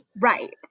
Right